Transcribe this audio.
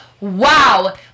Wow